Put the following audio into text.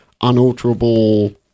unalterable